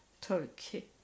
turkey